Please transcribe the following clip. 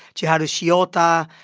chiharu shiota,